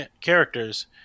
characters